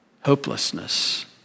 Hopelessness